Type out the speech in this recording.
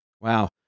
Wow